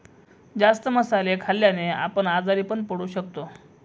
जास्त मसाले खाल्ल्याने आपण आजारी पण पडू शकतो